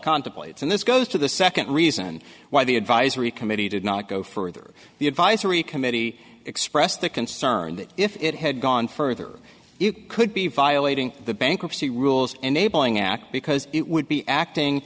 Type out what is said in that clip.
contemplates and this goes to the second reason why the advisory committee did not go further the advisory committee expressed the concern that if it had gone further it could be violating the bankruptcy rules enabling act because it would be acting